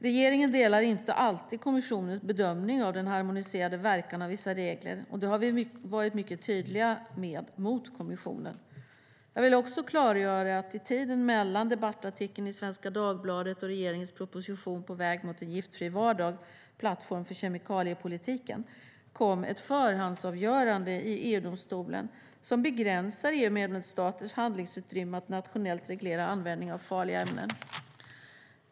Regeringen delar inte alltid kommissionens bedömning av den harmoniserande verkan av vissa regler, och det har vi varit mycket tydliga med mot kommissionen. Jag vill också klargöra att det under tiden mellan debattartikeln i Svenska Dagbladet och regeringens proposition På väg mot en giftfri vardag - plattform för kemikaliepolitiken kom ett förhandsavgörande i EU-domstolen som begränsar EU:s medlemsstaters handlingsutrymme när det gäller att nationellt reglera användningen av farliga ämnen.